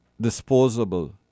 disposable